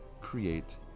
create